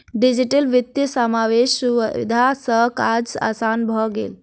digital वित्तीय समावेशक सुविधा सॅ काज आसान भ गेल